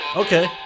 Okay